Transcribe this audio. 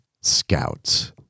scouts